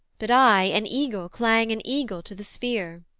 but i an eagle clang an eagle to the sphere.